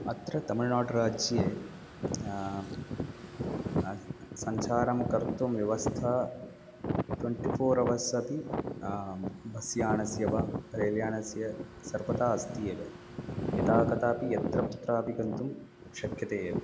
अत्र तमिळ्नाडुराज्ये सञ्चारं कर्तुं व्यवस्था ट्वेन्टिफ़ोर् अवर्स् अपि बस्यानस्य वा रेल्यानस्य सर्वदा अस्ति एव यदा कदापि यत्र कुत्रापि गन्तुं शक्यते एव